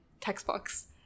textbooks